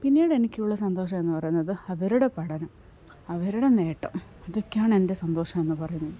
പിന്നീട് എനിക്കുള്ള സന്തോഷമെന്നു പറയുന്നത് അവരുടെ പഠനം അവരുടെ നേട്ടം ഇതൊക്കെയാണ് എൻ്റെ സന്തോഷമെന്നു പറയുന്നത്